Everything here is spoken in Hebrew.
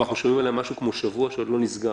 אנחנו שומעים עליה כבר כשבוע וזה עוד לא נסגר,